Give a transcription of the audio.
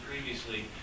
previously